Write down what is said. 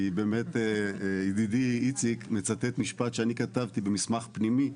כי באמת ידידי איציק מצטט משפט שאני כתבתי במסמך פנימי,